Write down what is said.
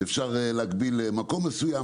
אפשר להגביל מקום מסוים,